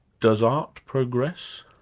does art progress?